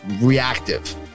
reactive